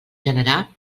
generar